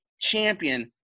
champion